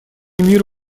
мир